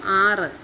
ആറ്